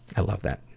i love that.